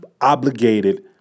obligated